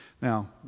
Now